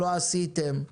לא עשיתם,